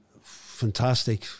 fantastic